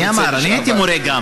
גם אני הייתי מורה.